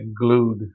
glued